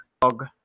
Dog